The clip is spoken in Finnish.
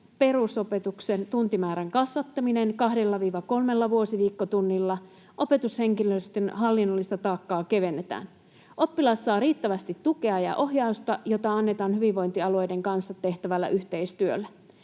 perusopetuksen tuntimäärän kasvattaminen 2–3 vuosiviikkotunnilla. Opetushenkilöstön hallinnollista taakkaa kevennetään. Oppilas saa riittävästi tukea ja ohjausta, joita annetaan hyvinvointialueiden kanssa tehtävällä yhteistyöllä.